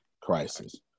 crisis